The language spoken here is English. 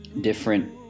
different